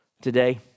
today